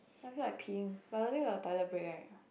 I feel like peeing but I don't think we got toilet break right